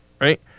right